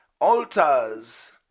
Altars